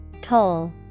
Toll